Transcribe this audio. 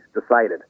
decided